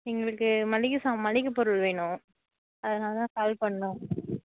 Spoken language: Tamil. எங்களுக்கு மளிகை சாம் மளிகை பொருள் வேணும் அதனால் தான் கால் பண்னோம்